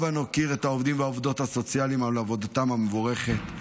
הבה נוקיר את העובדים והעובדות הסוציאליים על עבודתם המבורכת,